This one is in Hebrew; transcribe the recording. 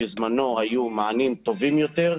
בזמנו היו מענים טובים יותר,